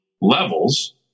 levels